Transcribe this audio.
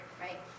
right